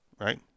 right